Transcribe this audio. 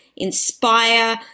inspire